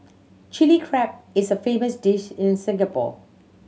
Chilli Crab is a famous dish in Singapore